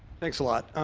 thanks a lot